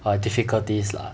err difficulties lah